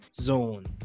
Zone